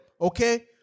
Okay